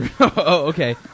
okay